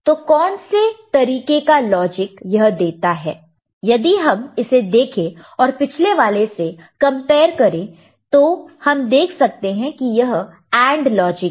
तो कौन से तरीके का लॉजिक यह देता है यदि हम इसे देखें और पिछले वाले से कंपेयर करें तो हम देख सकते हैं यह AND लॉजिक है